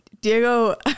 Diego